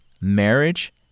marriage